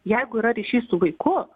jeigu yra ryšys su vaiku